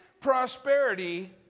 prosperity